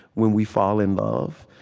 when we fall in love.